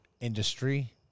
industry